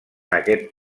aquest